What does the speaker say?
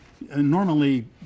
normally